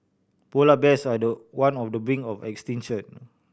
polar bears are the one of the brink of extinction